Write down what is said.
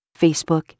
Facebook